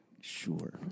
Sure